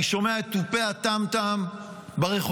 אני שומע את תופי הטם-טם ברחובות,